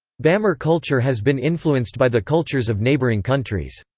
bamar culture has been influenced by the cultures of neighbouring countries.